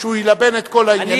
שהוא ילבן את כל העניינים.